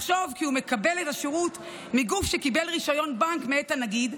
לחשוב כי הוא מקבל את השירות מגוף שקיבל רישיון בנק מאת הנגיד,